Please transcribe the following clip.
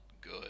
good